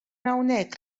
hawnhekk